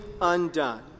undone